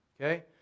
Okay